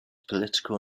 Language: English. political